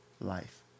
life